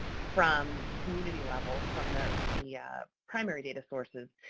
from community levels, from the the primary data sources,